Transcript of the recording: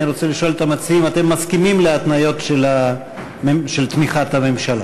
אני רוצה לשאול את המציעים: אתם מסכימים להתניות של תמיכת הממשלה?